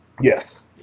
Yes